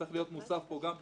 זה צריך להיות מוסף פה גם.